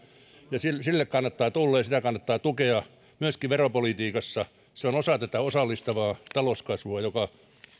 ja sille kannattaa tulla ja sitä kannattaa tukea myöskin veropolitiikassa se on osa tätä osallistavaa talouskasvua joka